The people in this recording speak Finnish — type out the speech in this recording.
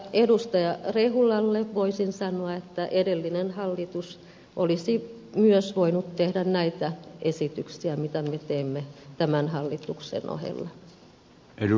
edustaja rehulalle voisin sanoa että edellinen hallitus olisi myös voinut tehdä näitä esityksiä mitä me teimme tämän hallituksen ohella